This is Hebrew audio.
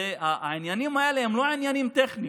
העניינים האלה הם לא עניינים טכניים.